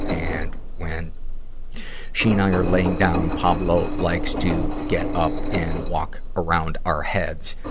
and when she and i are laying down, pablo likes to get up and walk around our heads.